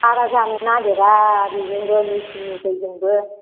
बारा जानो नागेरा बेजोंबो मेसिननि दैजोंबो